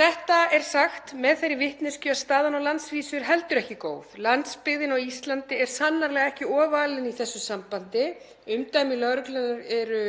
Þetta er sagt með þeirri vitneskju að staðan á landsvísu er heldur ekki góð. Landsbyggðin á Íslandi er sannarlega ekki ofalin í þessu sambandi. Umdæmi lögreglunnar eru